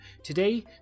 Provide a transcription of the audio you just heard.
Today